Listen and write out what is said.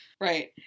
Right